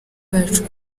bacu